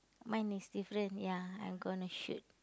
mine is different ya I'm gonna shoot